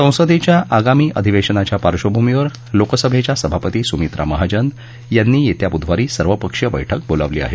संसदेच्या आगामी अधिवेशनाच्या पार्श्वभूमीवर लोकसभेच्या सभापती सुमित्रा महाजन यांनी येत्या बुधवारी सर्वपक्षीय बैठक बोलावली आहे